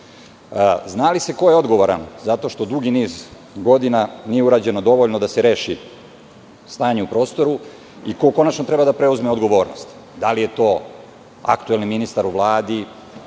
li se ko je odgovoran zato što dugi niz godina nije urađeno dovoljno da se reši stanje u prostoru? Ko konačno treba da preuzme odgovornost? Da li je to aktuelni ministar u Vladi,